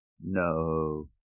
No